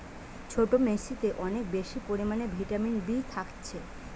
ছোট্ট মিলেতে অনেক বেশি পরিমাণে ভিটামিন বি থাকছে